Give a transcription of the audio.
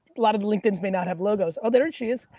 lot of linkedins may not have logos. oh, there she is.